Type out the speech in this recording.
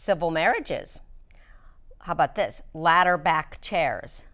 civil marriages how about this latter back chairs